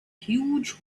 huge